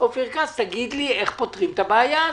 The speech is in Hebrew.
אופיר כץ, תגיד לי איך פותרים את הבעיה הזאת,